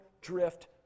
drift